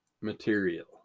material